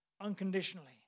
unconditionally